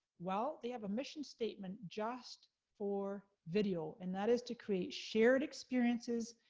well, they have a mission statement, just for video, and that is to, create shared experiences,